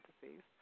parentheses